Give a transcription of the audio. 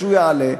כשהוא יעלה,